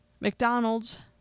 McDonald's